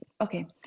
okay